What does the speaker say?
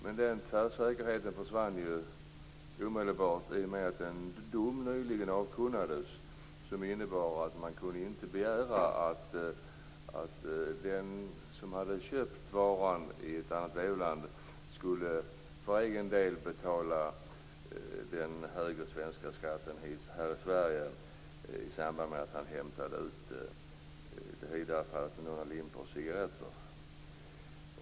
Men den tvärsäkerheten försvann ju omedelbart i och med att en dom nyligen avkunnades som innebär att man inte kan begära att den som har köpt cigarretter i ett annat EU-land för egen del skall betala den högre svenska skatten här i Sverige i samband med att han hämtar ut några limpor cigarretter.